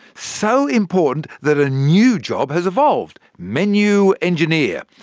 so important that a new job has evolved menu engineer.